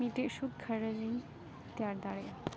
ᱢᱤᱫᱴᱮᱡ ᱥᱩᱠ ᱜᱷᱟᱨᱚᱸᱡᱽ ᱤᱧ ᱛᱮᱭᱟᱨ ᱫᱟᱲᱮᱭᱟᱜᱼᱟ